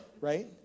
right